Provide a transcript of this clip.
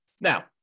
Now